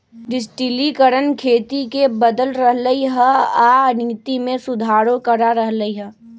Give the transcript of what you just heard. डिजटिलिकरण खेती के बदल रहलई ह आ नीति में सुधारो करा रह लई ह